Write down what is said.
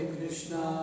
Krishna